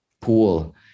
pool